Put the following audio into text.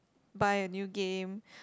buy a new game